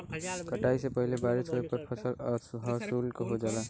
कटाई से पहिले बारिस होये पर फसल हल्लुक हो जाला